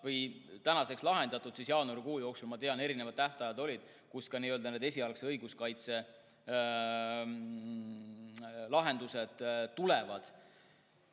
tänaseks lahendatud, siis jaanuarikuu jooksul, ma tean – erinevad tähtajad olid –, need esialgse õiguskaitse lahendused tulevad.